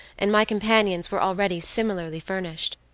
and my companions were already similarly furnished.